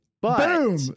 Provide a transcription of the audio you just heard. Boom